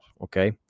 Okay